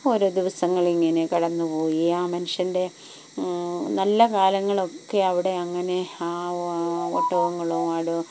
ഓരോ ദിവസങ്ങൾ ഇങ്ങനെ കടന്നു പോയി ആ മനുഷ്യൻ്റെ നല്ല കാലങ്ങളൊക്കെ അവിടെ അങ്ങനെ ആ ഒട്ടകങ്ങളോ ആടോ